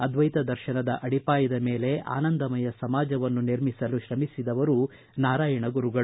ಅದ್ವೈತ ದರ್ಶನದ ಅಡಿಪಾಯದ ಮೇಲೆ ಆನಂದಮಯ ಸಮಾಜವನ್ನು ನಿರ್ಮಿಸಲು ತ್ರಮಿಸಿದವರು ನಾರಾಯಣ ಗುರುಗಳು